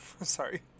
Sorry